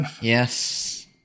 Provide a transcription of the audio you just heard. Yes